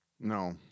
No